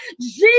Jesus